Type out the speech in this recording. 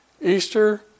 Easter